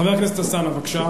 חבר הכנסת טלב אלסאנע, בבקשה.